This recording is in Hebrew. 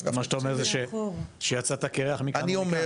מה שאתה אומר זה שיצאת קירח מכאן ומכאן.